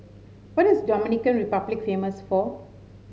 what is Dominican Republic famous for